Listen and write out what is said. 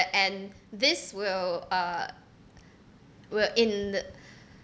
and this will uh will in uh